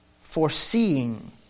foreseeing